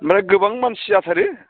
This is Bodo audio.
ओमफ्राय गोबां मानसि जाथारो